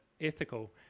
ethical